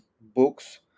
books